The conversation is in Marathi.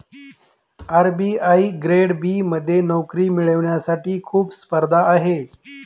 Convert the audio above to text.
आर.बी.आई ग्रेड बी मध्ये नोकरी मिळवण्यासाठी खूप स्पर्धा आहे